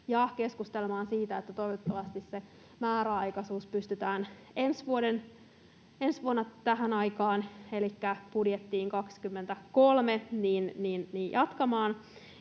ja keskustelemaan siitä, että toivottavasti se määräaikaisuus pystytään ensi vuonna tähän aikaan, elikkä budjettiin 23, jatkamaan.